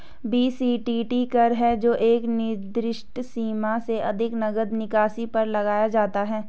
BCTT कर है जो एक निर्दिष्ट सीमा से अधिक नकद निकासी पर लगाया जाता है